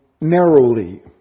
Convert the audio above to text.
narrowly